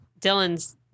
Dylan's